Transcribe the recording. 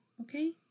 okay